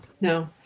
no